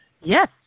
Yes